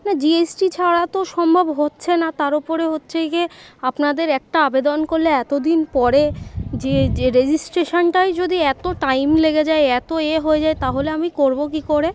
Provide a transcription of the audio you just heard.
না G S T ছাড়া তো সম্ভব হচ্ছে না তার ওপরে হচ্ছে গিয়ে আপনাদের একটা আবেদন করলে এত দিন পরে যে যে রেজিস্ট্রেশনটাই যদি এত টাইম লেগে যায় এত এ হয়ে যায় তাহলে আমি করব কী করে